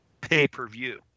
pay-per-view